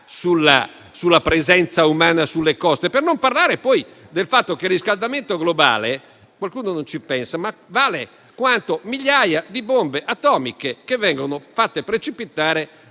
sulla presenza umana sulle coste. Per non parlare poi del fatto che il riscaldamento globale - qualcuno non ci pensa - vale quanto migliaia di bombe atomiche fatte precipitare